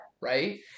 right